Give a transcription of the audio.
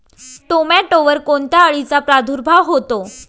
टोमॅटोवर कोणत्या अळीचा प्रादुर्भाव होतो?